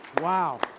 Wow